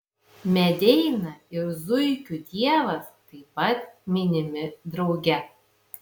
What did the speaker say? medeina ir zuikių dievas taip pat minimi drauge